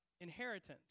inheritance